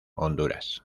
honduras